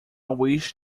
wish